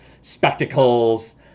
spectacles